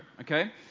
Okay